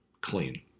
clean